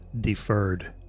deferred